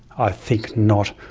i think not.